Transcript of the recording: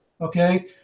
okay